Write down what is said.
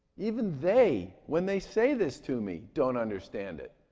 even they, when they say this to me, don't understand it.